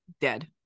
Dead